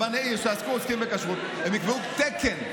הם יקבעו תקן,